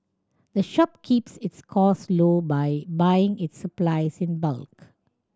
the shop keeps its cost low by buying its supplies in bulk